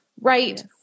right